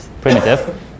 primitive